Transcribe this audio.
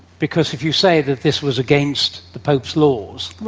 because if you say that this was against the pope's laws.